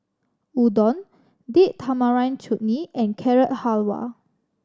Udon Date Tamarind Chutney and Carrot Halwa